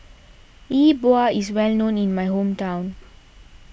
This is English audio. Yi Bua is well known in my hometown